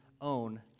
own